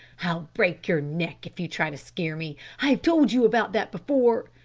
i'll break your neck if you try to scare me! i've told you about that before.